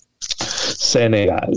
Senegal